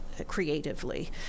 creatively